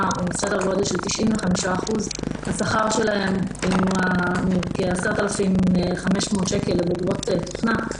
הוא בסדר גודל של 95%. השכר שלהן הוא כ-10,500 שקל לבוגרות תוכנה,